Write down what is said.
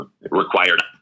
required